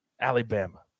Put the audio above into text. alabama